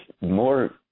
more